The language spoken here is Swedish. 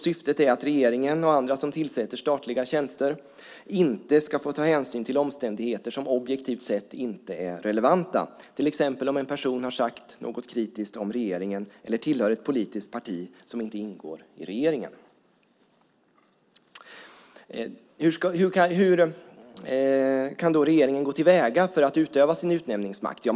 Syftet är att regeringen och andra som tillsätter statliga tjänster inte ska få ta hänsyn till omständigheter som objektivt sett inte är relevanta. Det gäller till exempel om en person har sagt något kritiskt om regeringen eller tillhör ett politiskt parti som inte ingår i regeringen. Hur kan då regeringen gå till väga för att utöva sin utnämningsmakt?